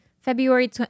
February